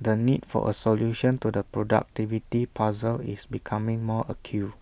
the need for A solution to the productivity puzzle is becoming more acute